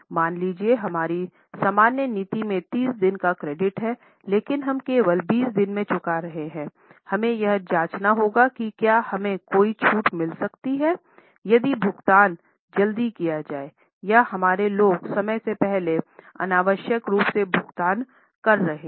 मान लीजिए हमारी सामान्य नीति में 30 दिनों का क्रेडिट है लेकिन हम केवल 20 दिनों में चुका रहे हैं हमें यह जाँचना होगा कि क्या हमें कोई छूट मिल रही है जल्दी भुगतान पर या हमारे लोग समय से पहले अनावश्यक रूप से भुगतान कर रहे हैं